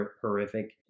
horrific